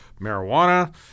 marijuana